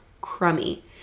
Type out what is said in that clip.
crummy